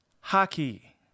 hockey